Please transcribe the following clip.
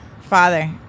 Father